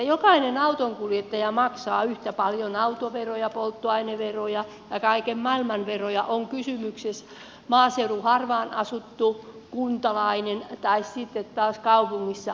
jokainen autonkuljettaja maksaa yhtä paljon autoveroja polttoaineveroja ja kaiken maailman veroja on sitten kysymyksessä harvaan asutun maaseudun kuntalainen tai kaupungissa oleva